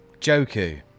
Joku